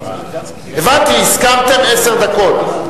הבנתי, הסכמתם על עשר דקות.